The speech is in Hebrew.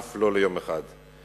אף לא ליום אחד.